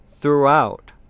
throughout